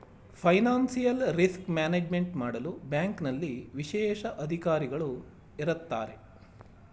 financial risk management ಮಾಡಲು ಬ್ಯಾಂಕ್ನಲ್ಲಿ ವಿಶೇಷ ಅಧಿಕಾರಿಗಳು ಇರತ್ತಾರೆ